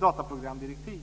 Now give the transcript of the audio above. dataprogramdirektiv.